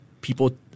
people